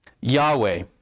Yahweh